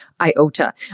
iota